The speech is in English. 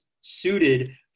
suited